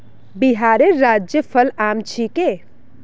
बिहारेर राज्य फल आम छिके